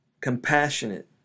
compassionate